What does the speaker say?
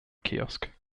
kiosk